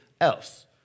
else